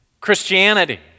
Christianity